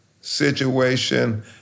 situation